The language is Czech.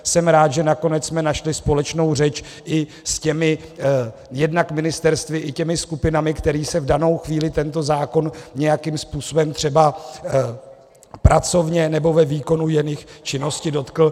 Jsem rád, že nakonec jsme našli společnou řeč i s těmi jednak ministerstvy, i těmi skupinami, kterých se v dané chvíli tento zákon nějakým způsobem třeba pracovně nebo ve výkonu jejich činnosti dotkl.